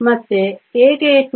ಮತ್ತೆ ಏಕೆ 2